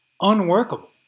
unworkable